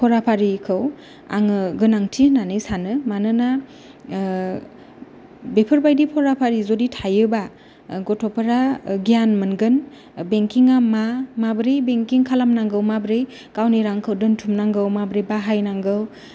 फरा फारिखौ आङो गोनांथि होननानै सानो मानोना बेफोरबादि फरा फारि जुदि थायोबा गथ'फोरा गियान मोनगोन बेंकिंआ मा माबोरै बेंकिं खालामनांगौ माबोरै गावनि रांखौ दोनथुमनांगौ माबोरै बाहायनांगौ